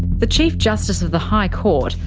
the chief justice of the high court,